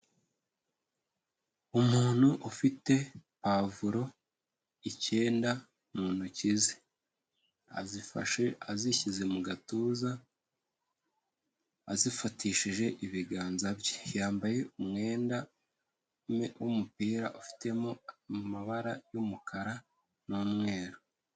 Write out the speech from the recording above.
Umuntu ufite pavuro icyenda mu ntoki ze, azifashe azishyize mu gatuza, azifatishije ibiganza bye, yambaye umwenda w'umupira ufitemo amabara y'umukara n'umweru.